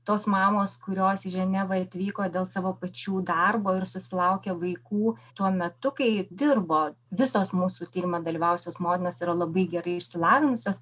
tos mamos kurios į ženevą atvyko dėl savo pačių darbo ir susilaukė vaikų tuo metu kai dirbo visos mūsų tyrime dalyvavusios motinos yra labai gerai išsilavinusios